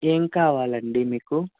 ఏం కావాలండీ మీకు